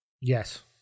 Yes